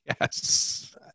Yes